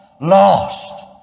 lost